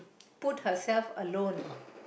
put herself alone